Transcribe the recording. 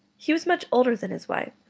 he was much older than his wife,